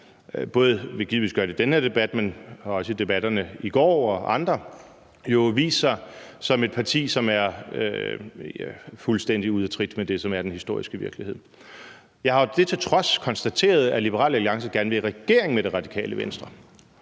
også være tilfældet i denne debat, som det var det i debatterne i går og i andre – som et parti, som er fuldstændig ude af trit med det, som er den historiske virkelighed. Jeg har det til trods konstateret, at Liberal Alliance gerne vil i regering med Radikale Venstre.